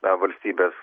na valstybės